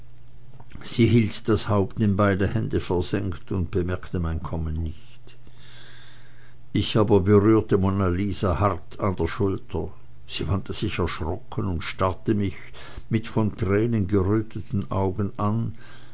sie hielt das haupt in beide hände versenkt und bemerkte mein kommen nicht ich aber berührte monna lisa hart an der schulter sie wandte sich erschrocken und starrte mich mit von tränen geröteten augen an